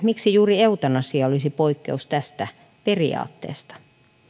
miksi juuri eutanasia olisi poikkeus tästä periaatteesta